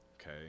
okay